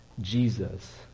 Jesus